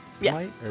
Yes